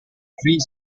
free